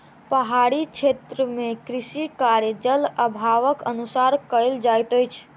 पहाड़ी क्षेत्र मे कृषि कार्य, जल अभावक अनुसार कयल जाइत अछि